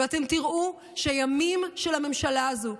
ואתם תראו שהימים של הממשלה הזו,